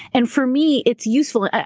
and for me it's useful.